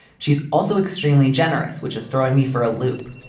she's also extremely generous, which is throwing me for a loop.